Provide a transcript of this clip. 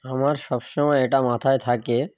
আমার সবসময় এটা মাথায় থাকে